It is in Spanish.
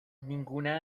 ninguna